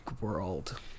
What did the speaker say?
world